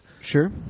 Sure